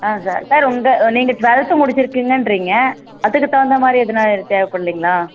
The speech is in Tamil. ஆ சார் சார் உங்கள் நீங்கள் டுவல்த்து முடிச்சிருக்கிங்கன்றிங்க அதுக்கு தகுந்த மாதிரி எதுன்னா தேவைப்படுலிங்ளா